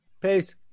Peace